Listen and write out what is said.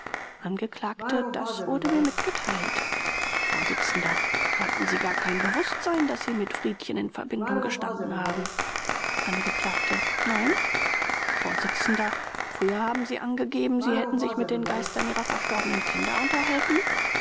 angekl das wurde mir mitgeteilt vors hatten sie gar kein bewußtsein daß sie mit friedchen in verbindung gestanden haben angekl nein vors früher haben sie angegeben sie hätten sich mit den geistern ihrer verstorbenen kinder unterhalten